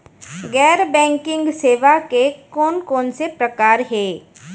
गैर बैंकिंग सेवा के कोन कोन से प्रकार हे?